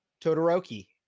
totoroki